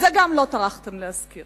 את זה גם לא טרחתם להזכיר.